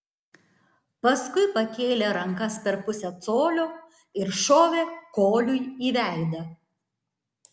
paskui pakėlė rankas per pusę colio ir šovė koliui į veidą